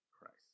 Christ